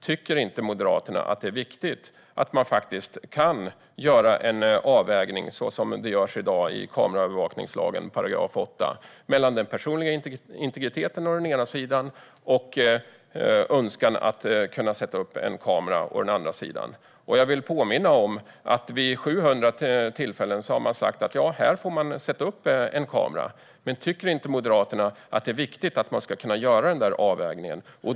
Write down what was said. Tycker inte Moderaterna att det är viktigt att man faktiskt kan göra den avvägning som görs i dag i kameraövervakningslagens 8 § mellan den personliga integriteten å ena sidan och önskan att sätta upp en kamera å andra sidan? Jag vill påminna om att man vid 700 tillfällen har sagt att en kamera får sättas upp. Men tycker inte Moderaterna att det är viktigt att man kan göra denna avvägning?